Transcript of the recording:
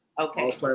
Okay